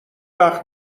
وقت